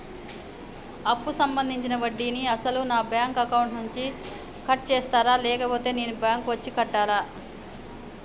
అప్పు సంబంధించిన వడ్డీని అసలు నా బ్యాంక్ అకౌంట్ నుంచి కట్ చేస్తారా లేకపోతే నేను బ్యాంకు వచ్చి కట్టాలా?